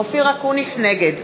נגד